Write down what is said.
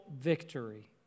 victory